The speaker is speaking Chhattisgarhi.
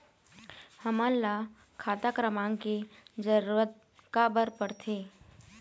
हमन ला खाता क्रमांक के जरूरत का बर पड़थे?